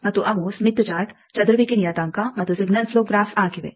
ಮತ್ತು ಅವು Smith chart ಚದುರುವಿಕೆ ನಿಯತಾಂಕ ಮತ್ತು ಸಿಗ್ನಲ್ ಪ್ಲೋ ಗ್ರಾಫ್ ಆಗಿವೆ